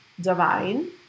divine